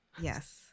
Yes